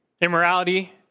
Immorality